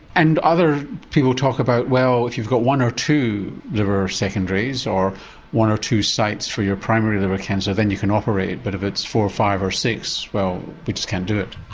and other people talk about well if you've got one or two liver secondaries or one or two sites for your primary liver cancer then you can operate but if it's four, five or six well we just can't do it.